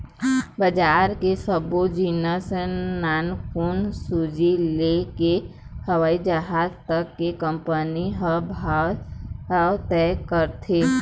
बजार के सब्बो जिनिस नानकुन सूजी ले लेके हवई जहाज तक के कंपनी ह भाव तय करथे